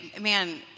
Man